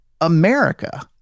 America